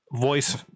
voice